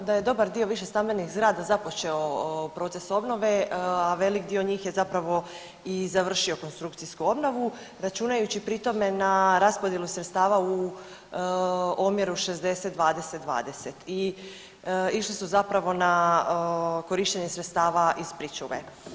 Znamo da je dobar dio više stambenih zgrada započeo proces obnove, a velik dio njih je zapravo i završio konstrukcijsku obnovu računajući pri tome na raspodjelu sredstava u omjeru 60 – 20 – 20 i išli su zapravo na korištenje sredstava iz pričuve.